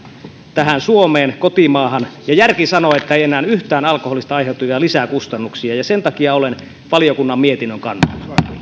tähän suomeen kotimaahan ja järki sanoo että ei enää yhtään alkoholista aiheutuvia lisäkustannuksia sen takia olen valiokunnan mietinnön kannalla